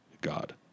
God